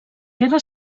guerra